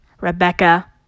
Rebecca